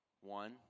One—